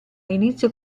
inizio